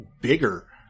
bigger